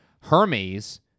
Hermes